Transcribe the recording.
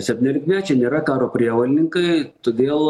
septyniolikmečiai nėra karo prievolininkai todėl